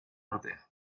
ordea